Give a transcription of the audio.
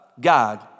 God